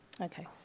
Okay